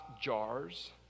jars